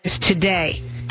today